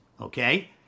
Okay